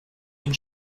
ihn